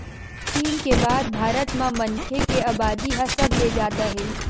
चीन के बाद भारत म मनखे के अबादी ह सबले जादा हे